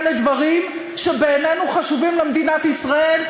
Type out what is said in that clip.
לדברים שבעינינו חשובים למדינת ישראל,